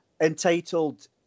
entitled